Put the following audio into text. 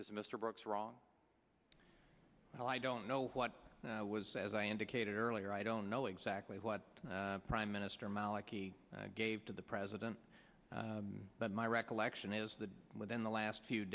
is mr brooks wrong well i don't know what was as i indicated earlier i don't know exactly what prime minister maliki gave to the president but my recollection is that within the last few